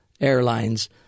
Airlines